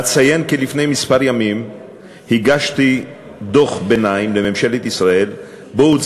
אציין כי לפני כמה ימים הגשתי לממשלת ישראל דוח ביניים